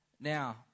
Now